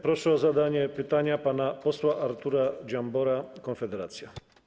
Proszę o zadanie pytania pana posła Artura Dziambora, Konfederacja.